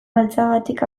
maltzagatik